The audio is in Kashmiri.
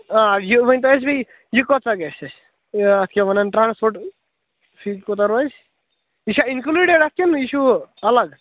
آ یہِ ؤنۍتَو اسہِ بیٚیہِ یہِ کٲژا گژھِ اسہِ تہٕ اتھ کیٛاہ ونان ٹرٛانسپورٹ فی کوتاہ روزِ یہِ چھا اِنکلوٗڈ اتھ کِنہٕ یہِ چھُ ہُہ الگ